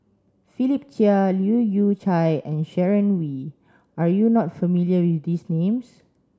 Philip Chia Leu Yew Chye and Sharon Wee are you not familiar with these names